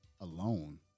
alone